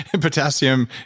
Potassium